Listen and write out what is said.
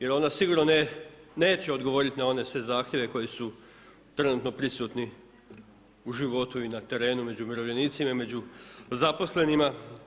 Jer ona sigurno neće odgovoriti na one sve zahtjeve koji su trenutno prisutni u životu i na terenu među umirovljenicima i među zaposlenima.